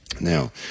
now